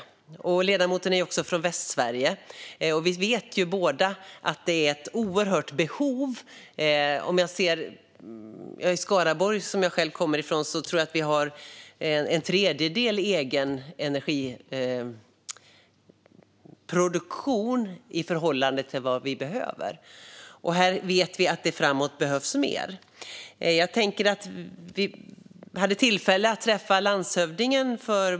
Ledamoten är också från Västsverige. Vi vet båda att det finns ett oerhört stort behov. I Skaraborg, som jag kommer från, tror jag att en tredjedel av den energiproduktion vi behöver är egen produktion. Vi vet också att det kommer att behövas mer framöver. För bara ett par veckor sedan hade vi tillfälle att träffa landshövdingen.